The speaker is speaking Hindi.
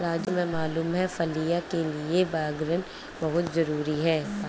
राजू तुम्हें मालूम है फलियां के लिए परागन बहुत जरूरी है